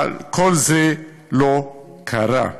כל זה לא קרה.